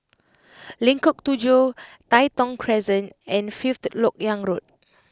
Lengkok Tujoh Tai Thong Crescent and Fifth Lok Yang Road